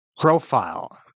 profile